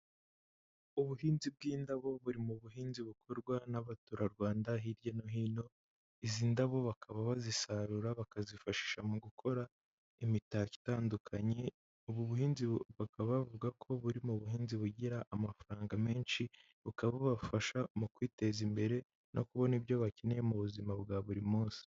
Ubuhinzi bw'indabo buri mu buhinzi bukorwa n'abaturarwanda hirya no hino, izi ndabo bakaba bazisarura bakazifashisha mu gukora imitako itandukanye, ubu buhinzi bakaba bavuga ko buri mu buhinzi bugira amafaranga menshi bukaba bubafasha mu kwiteza imbere no kubona ibyo bakeneye mu buzima bwa buri munsi.